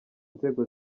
nzego